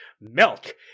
Milk